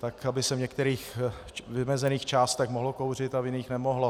tak, aby se v některých vymezených částech mohlo kouřit a v jiných nemohlo.